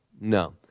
no